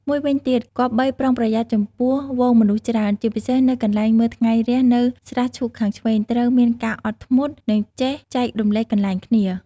មួយវិញទៀតគប្បីប្រុងប្រយ័ត្នចំពោះហ្វូងមនុស្សច្រើន ជាពិសេសនៅកន្លែងមើលថ្ងៃរះនៅស្រះឈូកខាងឆ្វេង។ ត្រូវមានការអត់ធ្មត់ និងចេះចែករំលែកកន្លែងគ្នា។